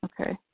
Okay